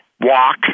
walk